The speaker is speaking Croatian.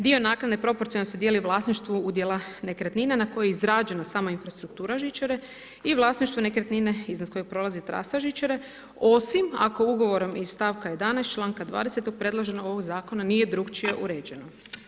Dio naknade proporcionalno se dijeli u vlasništvu u dijelu nekretnina, na kojoj je izgrađena sama infrastruktura žičare i vlasništvu nekretnine iza kojeg prolazi trasa žičare, osim ako ugovorom iz stavka 11. čl. 20. predloženog ovog zakona nije drugačije uređeno.